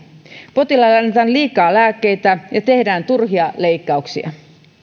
potilaille annetaan liikaa lääkkeitä ja tehdään turhia leikkauksia